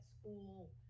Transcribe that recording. school